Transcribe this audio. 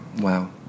Wow